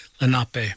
Lenape